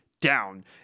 down